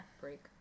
break